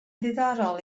ddiddorol